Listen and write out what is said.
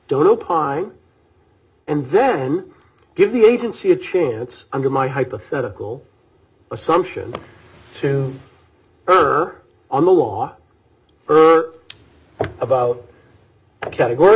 don't opine and then give the agency a chance under my hypothetical assumption to her on the law about a categor